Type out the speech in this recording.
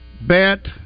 bet